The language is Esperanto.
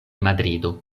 madrido